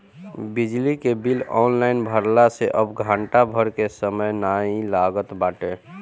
बिजली के bill online भरला से अब घंटा भर के समय नाइ लागत बाटे